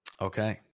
Okay